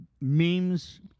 memes